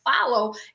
follow